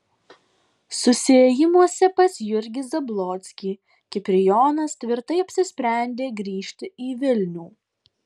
susiėjimuose pas jurgį zablockį kiprijonas tvirtai apsisprendė grįžti į vilnių